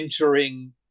entering